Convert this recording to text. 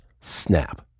snap